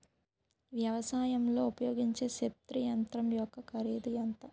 వ్యవసాయం లో ఉపయోగించే స్ప్రే యంత్రం యెక్క కరిదు ఎంత?